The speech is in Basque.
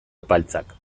epaltzak